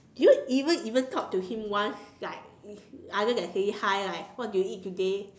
did you even even talk to him once like other than saying hi right what did you eat today